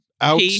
Out